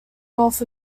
north